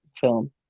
film